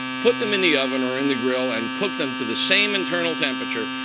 put them in the oven or in the grill. and cook them to the same internal temperature.